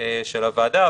של הוועדה,